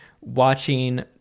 watching